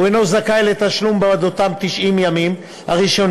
הוא אינו זכאי לתשלום בעד אותם 90 הימים הראשונים,